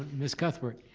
miss cuthbert.